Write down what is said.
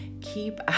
keep